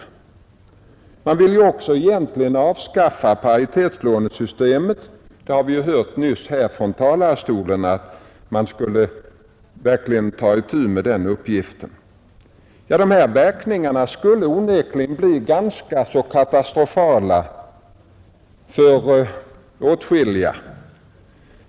Egentligen vill man också avskaffa paritetslånesystemet — vi hörde nyss från talarstolen att man verkligen borde ta itu med den uppgiften. Verkningarna av detta skulle onekligen bli ganska katastrofala för åtskilliga medborgare.